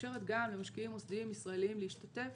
מאפשרת גם למשקיעים מוסדיים ישראלים להשתתף.